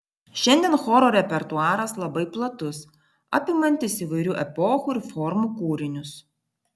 šiandien choro repertuaras labai platus apimantis įvairių epochų ir formų kūrinius